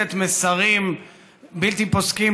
חברת הכנסת מלינובסקי,